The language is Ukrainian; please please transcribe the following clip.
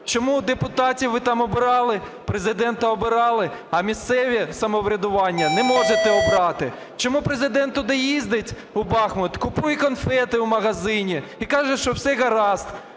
Чому депутатів ви там обирали, Президента обирали, а місцеве самоврядування не можете обрати? Чому Президент туди їздить, у Бахмут, купує конфети у магазині і каже, що все гаразд,